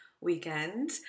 weekend